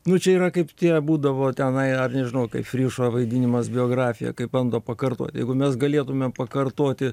nu čia yra kaip tie būdavo tenai ar nežinau kaip frišo vaidinimas biografija kai bando pakartot jeigu mes galėtume pakartoti